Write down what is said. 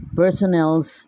personnel's